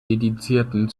dedizierten